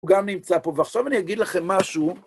הוא גם נמצא פה, ועכשיו אני אגיד לכם משהו.